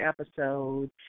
episode